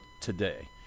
today